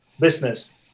business